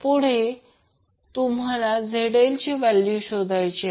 पुढे तुम्हाला ZL ची व्हॅल्यू शोधायचे आहे